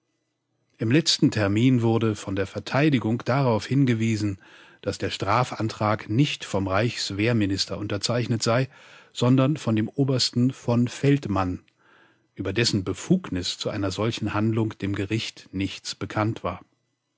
im letzten termin wurde von der verteidigung darauf hingewiesen daß der strafantrag nicht vom reichswehrminister unterzeichnet sei sondern von dem obersten v feldmann über dessen befugnis zu einer solchen handlung dem gericht nichts bekannt war